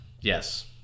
Yes